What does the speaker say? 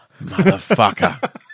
Motherfucker